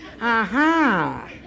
Aha